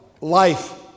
Life